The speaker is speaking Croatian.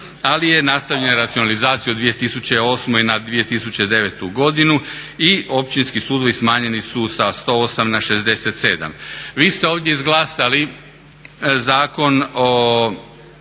ali je nastavljena racionalizacija u 2008. na 2009. godinu i općinski sudovi smanjeni su sa 108 na 67. Vi ste ovdje izglasali Zakon o